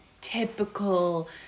typical